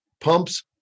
pumps